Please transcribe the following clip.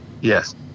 Yes